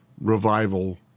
revival